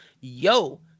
yo